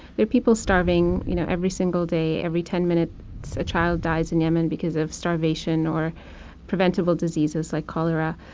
there are people starving you know every single day. every ten minutes a child dies in yemen because of starvation or preventable diseases like cholera.